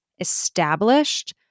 established